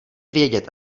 vědět